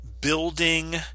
building